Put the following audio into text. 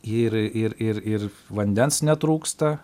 ir ir ir ir vandens netrūksta